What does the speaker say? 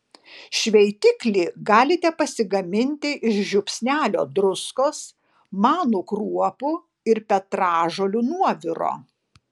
šveitiklį galite pasigaminti iš žiupsnelio druskos manų kruopų ir petražolių nuoviro